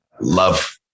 love